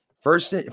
First